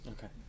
Okay